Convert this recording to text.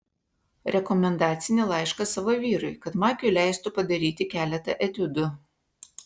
rekomendacinį laišką savo vyrui kad makiui leistų padaryti keletą etiudų